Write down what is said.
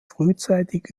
frühzeitig